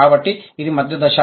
కాబట్టి ఇది మధ్య దశ